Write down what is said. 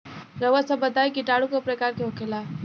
रउआ सभ बताई किटाणु क प्रकार के होखेला?